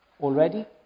already